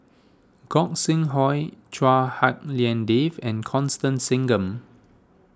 Gog Sing Hooi Chua Hak Lien Dave and Constance Singam